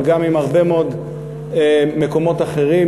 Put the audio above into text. אבל גם בהרבה מאוד מקומות אחרים,